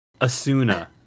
Asuna